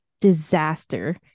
disaster